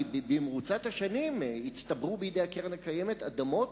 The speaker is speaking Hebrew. כי במרוצת השנים הצטברו בידי הקרן הקיימת אדמות